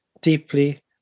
deeply